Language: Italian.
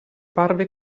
parve